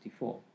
1964